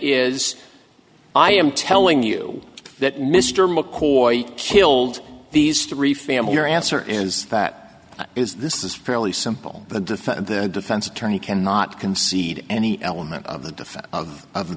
is i am telling you that mr mccoy killed these three family your answer is that is this is fairly simple the defend the defense attorney cannot concede any element of the